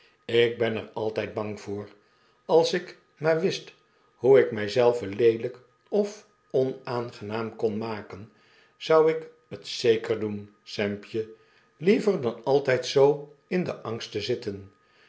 ik ben er altijd bang voor als ik maar wist hoe ik mij zelven leelijk of onaangenaam kon maken zou ik het zeker doen sampje liever dan altijd zoo in den angst te zitten